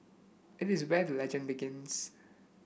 it is where the legend begins